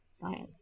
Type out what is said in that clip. Science